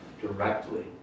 directly